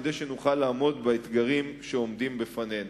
כדי שנוכל לעמוד באתגרים שעומדים בפנינו.